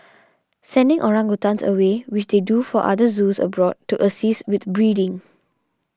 sending orangutans away which they do for other zoos abroad to assist with breeding